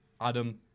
Adam